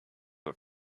our